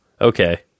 Okay